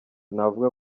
navuga